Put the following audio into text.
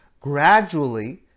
Gradually